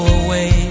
away